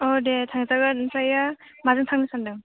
औ दे थांजागोन ओमफ्राय माजों थांनो सान्दों